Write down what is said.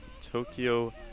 Tokyo